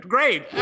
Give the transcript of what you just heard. Great